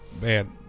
man